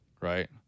right